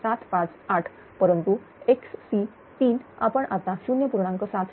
758 परंतु xc3 आपण आता 0